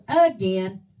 again